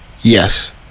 yes